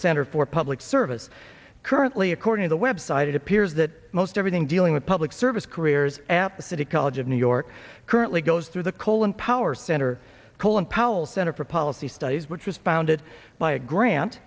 center for public service currently according to the website it appears that most everything dealing with public service careers at the city college of new york currently goes through the coal and power center colin powell center for policy studies which was founded by a grant